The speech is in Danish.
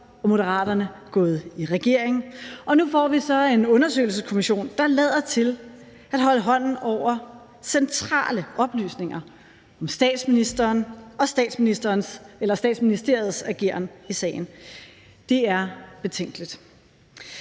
og Moderaterne gået i regering, og nu får vi så en undersøgelseskommission, der lader til at holde hånden over centrale oplysninger om statsministeren og Statsministeriets ageren i sagen. Det er betænkeligt.